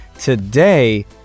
Today